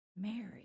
Mary